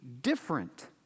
different